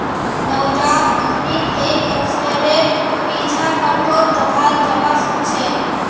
नवजात उद्यमीक एक अवसरेर पीछा करतोत दखाल जबा सके छै